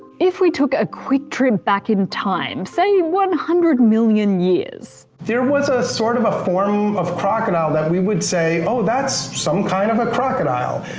if we took a quick trip back in time, say one hundred million years there was ah sort of a form of crocodile that we would say, oh that's some kind of a crocodile.